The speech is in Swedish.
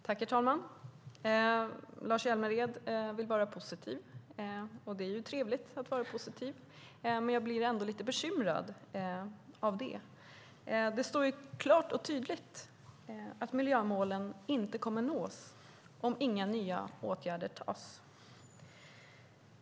Herr talman! Lars Hjälmered vill vara positiv, och det är ju trevligt. Jag blir dock lite bekymrad av det. Det står klart och tydligt att miljömålen inte kommer att nås om inga nya åtgärder vidtas.